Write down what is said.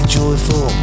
joyful